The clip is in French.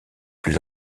plus